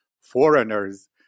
foreigners